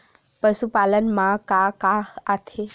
पशुपालन मा का का आथे?